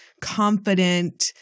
confident